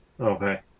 Okay